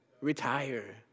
Retire